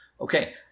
Okay